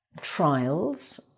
trials